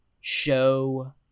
show